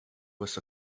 was